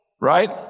Right